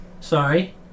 Sorry